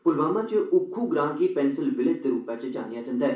पुलवामा च उक्खू ग्रांऽ गी पेंसिल विलेज दे रूपै च जानेआ जंदा ऐ